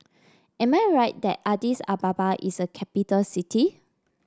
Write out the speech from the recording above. am I right that Addis Ababa is a capital city